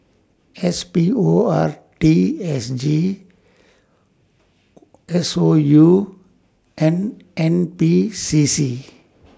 S P O R T S G S O U and N P C C